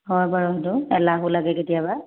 হয় বাৰু সেইটো এলাহো লাগে কেতিয়াবা